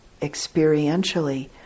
experientially